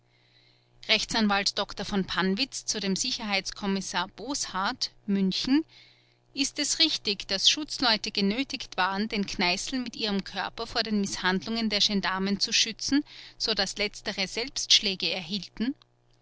a dr v pannwitz zu dem sicherheitskommissar boshart münchen ist es richtig daß schutzleute genötigt waren den kneißl mit ihrem körper vor den mißhandlungen der gendarmen zu schützen so daß letztere selbst schläge erhielten